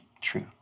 True